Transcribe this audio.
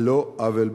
על לא עוול בכפם.